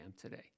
today